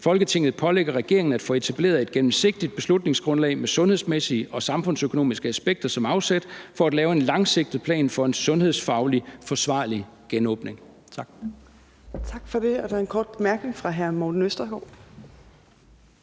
Folketinget pålægger regeringen at få etableret et gennemsigtigt beslutningsgrundlag med sundhedsmæssige og samfundsøkonomiske aspekter som afsæt for at lave en langsigtet plan for en sundhedsmæssigt forsvarlig genåbning.« (Forslag til vedtagelse nr. V 63). Tak. Kl. 14:30 Fjerde